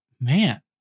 Man